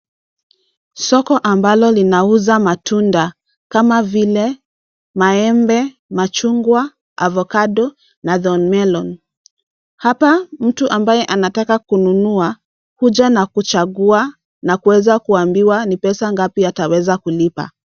Soko ambalo linauza matunda kama vile maembe, machungwa, avocado na thornmelon . Hapa mtu ambaye anataka kununua huja na kuchagua na kuweza kuambiwa ni pesa ngapi ataweza kulipa.